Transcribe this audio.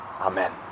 amen